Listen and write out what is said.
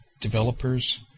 developers